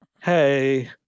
hey